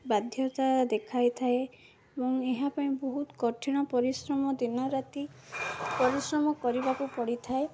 ବାଧ୍ୟତା ଦେଖାଇ ଥାଏ ଏବଂ ଏହା ପାଇଁ ବହୁତ କଠିନ ପରିଶ୍ରମ ଦିନ ରାତି ପରିଶ୍ରମ କରିବାକୁ ପଡ଼ିଥାଏ